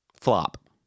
flop